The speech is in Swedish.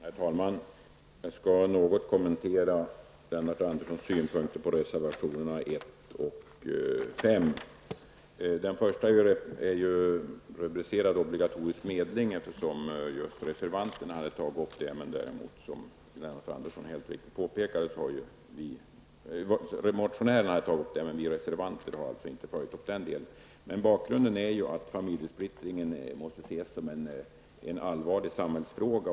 Herr talman! Jag skall bara något kommentera Obligatorisk medling. Som Lennart Andersson mycket riktigt påpekade har vi reservanterna inte följt upp motionen i den delen. Bakgrunden till reservationen är att vi tycker att familjesplittringen måste betraktas som en allvarlig samhällsfråga.